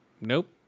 Nope